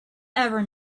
ever